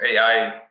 AI